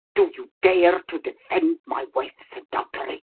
do you dare to defend my wife's adultery?